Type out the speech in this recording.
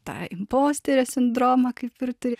tą imposterio sindromą kaip ir turi